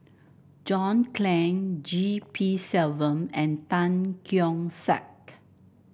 John Clang G P Selvam and Tan Keong Saik